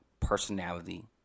personality